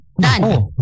Done